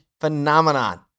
phenomenon